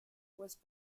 was